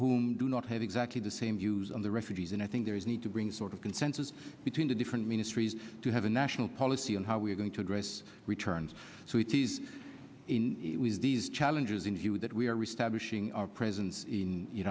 whom do not have exactly the same views on the refugees and i think there is a need to bring sort of consensus between the different ministries to have a national policy on how we are going to address returns so it is in these challenges in that we are restored wishing our presence in